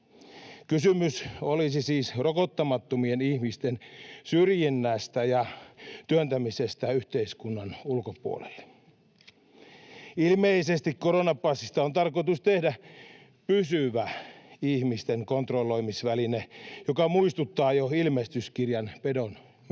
Kysymys olisi siis rokottamattomien ihmisten syrjinnästä ja työntämisestä yhteiskunnan ulkopuolelle. Ilmeisesti koronapassista on tarkoitus tehdä pysyvä ihmisten kontrolloimisväline, joka muistuttaa jo Ilmestyskirjan pedon merkkiä.